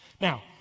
Now